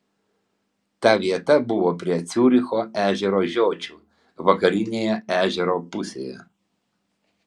ta vieta buvo prie ciuricho ežero žiočių vakarinėje ežero pusėje